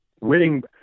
winning